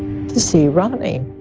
to see ronnie.